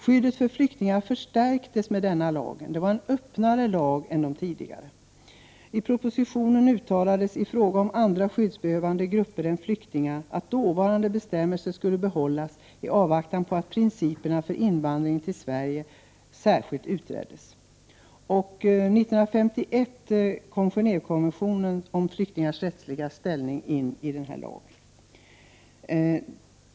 Skyddet för flyktingar förstärktes med denna lag, det var en öppnare lag än den tidigare. I propositionen uttalades i fråga om andra skyddsbehövande grupper än flyktingar att dåvarande bestämmelser skulle behållas i avvaktan på att principerna för invandringen till Sverige särskilt utreddes. 1951 infördes Gen&vekonventionen om flyktingars rättsliga ställning in i lagen.